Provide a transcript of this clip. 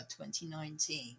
2019